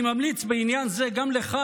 אני ממליץ בעניין זה גם לך,